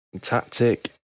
tactic